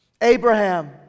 Abraham